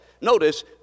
Notice